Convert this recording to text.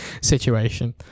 situation